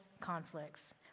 conflicts